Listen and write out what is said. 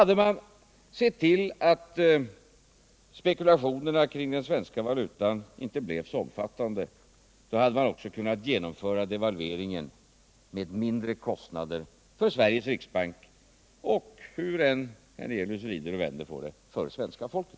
Om man hade sett till att spekulationerna kring den svenska valutan inte blivit så omfattande, hade man också kunnat genomföra devalveringen med mindre kostnader för Sveriges riksbank och — hur än herr Hernelius vrider och vänder på det — för svenska folket.